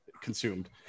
consumed